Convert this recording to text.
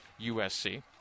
USC